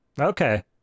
Okay